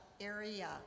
area